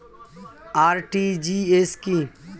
RTGS কি?